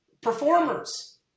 performers